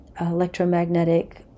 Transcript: electromagnetic